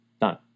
done